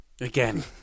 again